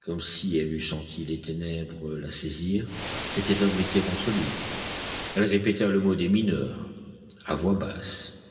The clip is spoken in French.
comme si elle eût senti les ténèbres la saisir s'était abritée contre lui elle répéta le mot des mineurs à voix basse